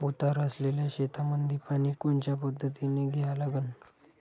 उतार असलेल्या शेतामंदी पानी कोनच्या पद्धतीने द्या लागन?